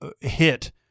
hit